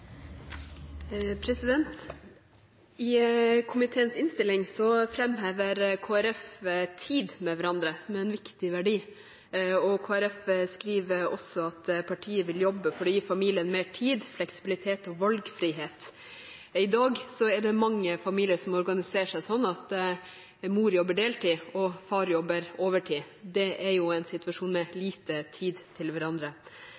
I komiteens innstilling framhever Kristelig Folkeparti at tid med hverandre er en viktig verdi. Kristelig Folkeparti skriver også at partiet vil jobbe for å gi familiene mer tid, fleksibilitet og valgfrihet. I dag er det mange familier som organiserer seg sånn at mor jobber deltid og far jobber overtid. Det er en situasjon med lite tid til hverandre.